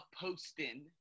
posting